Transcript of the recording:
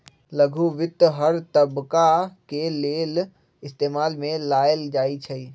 लघु वित्त हर तबका के लेल इस्तेमाल में लाएल जाई छई